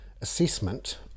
assessment